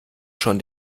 schon